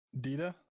Dita